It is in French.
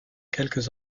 quelques